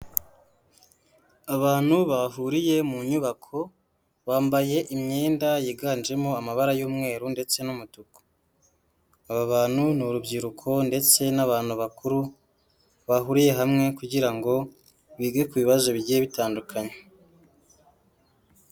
Abantu bahuriye mu nyubako bambaye imyenda yiganjemo amabara y'umweru ndetse n'umutuku, aba bantu ni urubyiruko ndetse n'abantu bakuru bahuriye hamwe kugira ngo bige ku bibazo bijye bitandukanye.